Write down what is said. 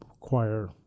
require